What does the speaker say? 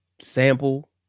sample